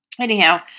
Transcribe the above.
Anyhow